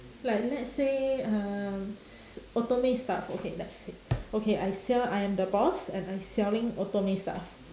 like let's say um s~ otome stuff okay let's say okay I sell I am the boss and I selling otome stuff